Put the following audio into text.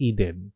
Eden